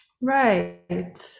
Right